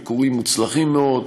ביקורים מוצלחים מאוד.